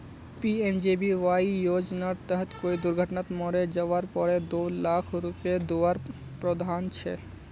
PMJBY योज्नार तहत कोए दुर्घत्नात मोरे जवार पोर दो लाख रुपये दुआर प्रावधान छे